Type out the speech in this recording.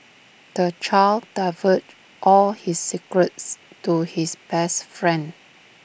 the child divulged all his secrets to his best friend